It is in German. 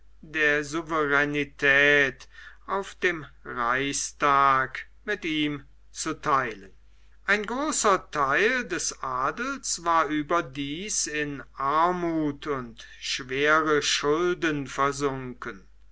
der souveränetät auf dem reichstag mit ihm zu theilen ein großer theil des adels war überdies in armuth und schwere schulden